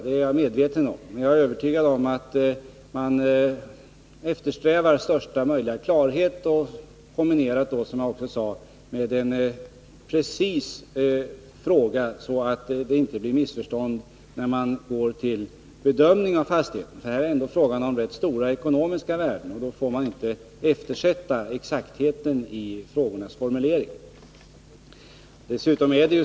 Dock är jag övertygad om att man eftersträvar största möjliga klarhet samtidigt som man, som jag sade, försöker ställa frågan exakt, så att det inte blir missförstånd när man skall bedöma fastigheten. Här rör det sig ändå om rätt stora ekonomiska värden, varför det inte går att eftersätta exaktheten när det gäller formuleringen av frågorna.